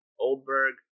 Oldberg